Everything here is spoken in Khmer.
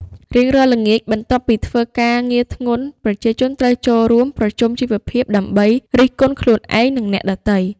រៀងរាល់ល្ងាច បន្ទាប់ពីធ្វើការងារធ្ងន់ ប្រជាជនត្រូវចូលរួម "ប្រជុំជីវភាព" ដើម្បីរិះគន់ខ្លួនឯង និងអ្នកដទៃ។